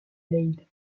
leyde